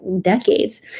decades